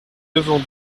devons